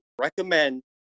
recommend